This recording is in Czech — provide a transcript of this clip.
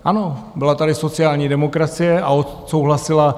Ano, byla tady sociální demokracie a odsouhlasila.